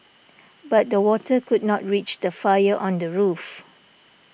but the water could not reach the fire on the roof